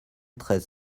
treize